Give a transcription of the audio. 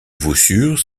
voussures